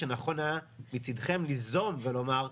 שנכון היה מצדכם ליזום ולומר,